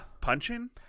Punching